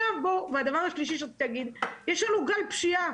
הדבר השלישי, יש לנו גל פשיעה.